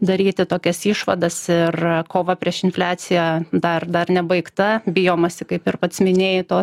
daryti tokias išvadas ir kova prieš infliaciją dar dar nebaigta bijomasi kaip ir pats minėjai to